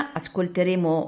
ascolteremo